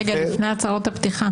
רגע, לפני הצהרות הפתיחה.